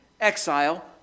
exile